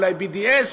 אולי BDS,